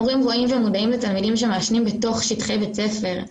מורים אומרים שהם מודעים לתלמידים שמעשנים בתוך שטחי בית הספר,